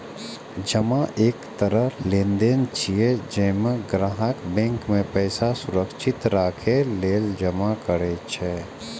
जमा एक तरह लेनदेन छियै, जइमे ग्राहक बैंक मे पैसा सुरक्षित राखै लेल जमा करै छै